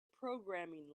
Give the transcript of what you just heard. programming